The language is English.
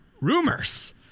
rumors